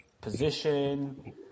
position